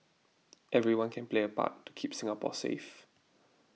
everyone can play a part to keep Singapore safe